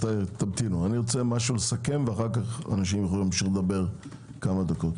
אני רוצה לסכם ואז אנשים יוכלו להמשיך לדבר כמה דקות.